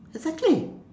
exactly